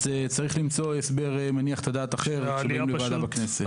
אז צריך למצוא הסבר אחר מניח את הדעת כשבאים לוועדה בכנסת.